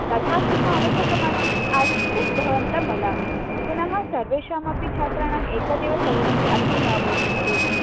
तथा किम् आवश्यकमासीत् आसीत् चेत् भवन्तं वदामि पुनः सर्वेषामपि छात्राणाम् एकधैव सर्वमपि अर्थं न भवति खलु